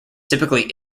typically